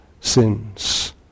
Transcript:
sins